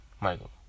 Michael